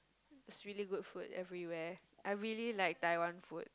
it's really good food everywhere I really like Taiwan food